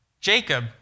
Jacob